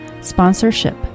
sponsorship